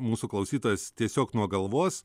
mūsų klausytojas tiesiog nuo galvos